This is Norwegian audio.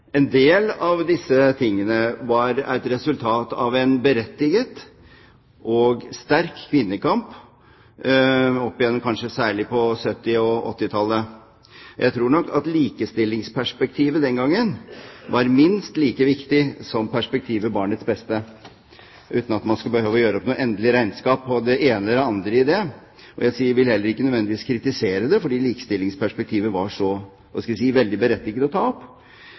en del av dette er et resultat av en berettiget og sterk kvinnekamp opp igjennom, kanskje særlig på 1970- og 1980-tallet. Jeg tror nok at likestillingsperspektivet den gangen var minst like viktig som perspektivet barnets beste, uten at man skal behøve å gjøre opp noe endelig regnskap på det ene eller andre i det. Jeg vil heller ikke nødvendigvis kritisere det fordi likestillingsspørsmålet var – hva skal jeg si – veldig berettiget å ta opp.